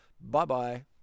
bye-bye